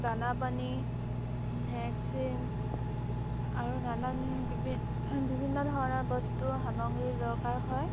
দানা পানী ভেকচিন আৰু নানান বিভিন্ন ধৰণৰ বস্তু সামগ্ৰীৰ দৰকাৰ হয়